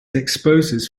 exposes